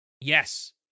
Yes